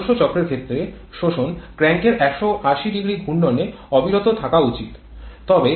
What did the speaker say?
যা আদর্শ ক্ষেত্রে শোষণ ক্র্যাঙ্কের ১৮০০ ঘূর্ণনে অবিরত থাকা উচিত